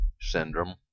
syndrome